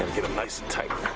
get them nice and tight,